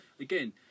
Again